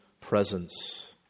presence